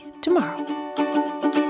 tomorrow